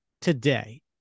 today